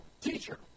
Teacher